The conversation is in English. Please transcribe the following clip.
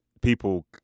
people